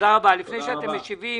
לפני שאתם משיבים,